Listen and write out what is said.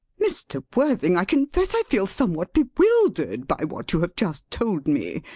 mr. worthing, i confess i feel somewhat bewildered by what you have just told me.